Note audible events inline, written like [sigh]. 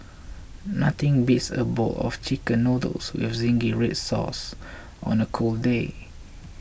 [noise] nothing beats a bowl of Chicken Noodles with Zingy Red Sauce on a cold day